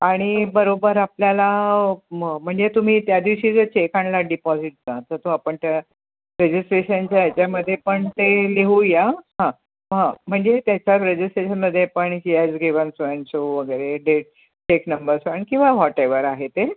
आणि बरोबर आपल्याला म म्हणजे तुम्ही त्या दिवशी जर चेक आणलात डिपॉझिटचा तर तो आपण त्या रजिस्ट्रेशनच्या ह्याच्यामध्ये पण ते लिहूया हां हां म्हणजे त्याच्या रजिस्ट्रेशनमध्ये पण ही has given so and so वगैरे डेट चेक नंबर किंवा वाॅटेवर आहे ते